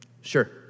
sure